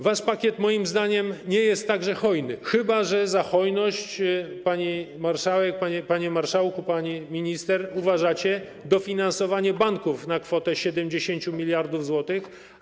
Wasz pakiet moim zdaniem nie jest także hojny, chyba że za hojność, pani marszałek, panie marszałku, pani minister, uważacie dofinansowanie banków na kwotę 70 mld zł.